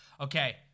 Okay